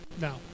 No